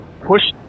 Push